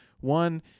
one